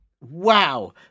Wow